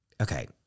Okay